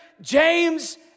James